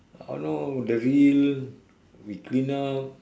ah you know the reel we clean up